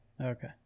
Okay